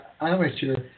Amateur